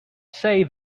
say